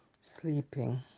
sleeping